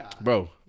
Bro